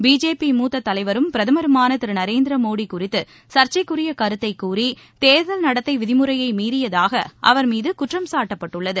BJP மூத்த தலைவரும் பிரதமருமான திரு நரேந்திர மோடி குறித்து சர்ச்சைக்குரிய கருத்தை கூறி தேர்தல் நடத்தை விதிமுறையை மீறியதாக அவர் மீது குற்றம் சாட்டப்பட்டுள்ளது